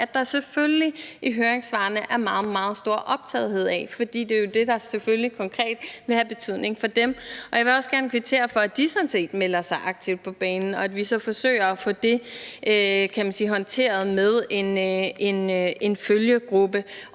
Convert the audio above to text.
at der i høringssvarene er en meget, meget stor optagethed af, fordi det selvfølgelig er det, der konkret vil have betydning for dem. Jeg vil også gerne kvittere for, at de sådan set melder sig aktivt på banen, og så forsøger vi at få det håndteret med en følgegruppe.